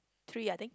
three I think